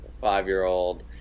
five-year-old